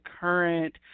current